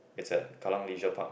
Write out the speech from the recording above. it's at Kallang Leisure Park